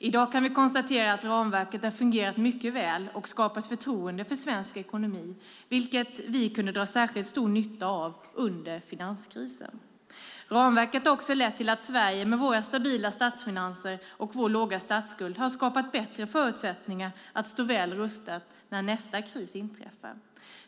I dag kan vi konstatera att ramverket har fungerat mycket väl och skapat förtroende för svensk ekonomi, vilket vi kunde dra särskilt stor nytta av under finanskrisen. Ramverket har också lett till att vi i Sverige med våra stabila statsfinanser och vår låga statsskuld kommer att stå väl rustade när nästa kris inträffar.